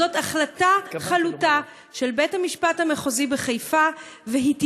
זאת החלטה חלוטה של בית-המשפט המחוזי בחיפה והיא תקרה.